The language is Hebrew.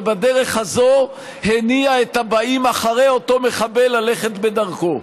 ובדרך הזאת הניע את הבאים אחרי אותו מחבל ללכת בדרכו.